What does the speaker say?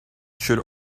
should